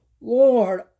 Lord